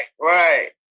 right